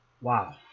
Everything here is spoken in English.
Wow